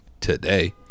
Today